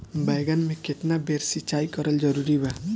बैगन में केतना बेर सिचाई करल जरूरी बा?